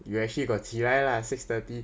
you actually got 起来 lah six thirty